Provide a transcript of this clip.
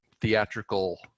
theatrical